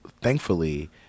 Thankfully